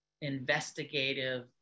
investigative